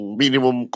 minimum